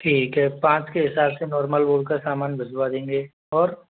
ठीक हैं पाँच के हिसाब से नॉर्मल बोल कर सामान भिजवा देंगे और